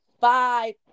five